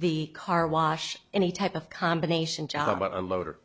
the car wash any type of combination job of a motor